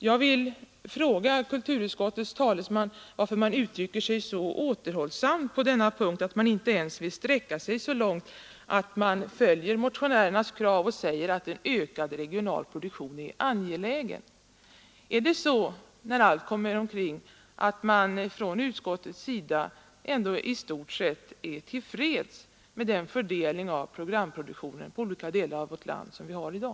Jag vill fråga kulturutskottets talesman varför man är så återhållsam på denna punkt att man inte ens vill sträcka sig så långt att man följer motionärernas krav och säger att en ökad regional produktion är angelägen. Är det så, när allt kommer omkring, att utskottet ändå i stort sett är till freds med den fördelning av programproduktionen på olika delar av vårt land som vi har i dag?